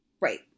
Right